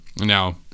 now